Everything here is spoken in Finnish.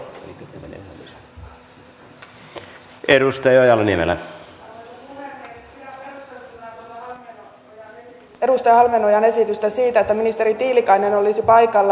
pidän perusteltuna tuota edustaja halmeenpään esitystä siitä että ministeri tiilikainen olisi paikalla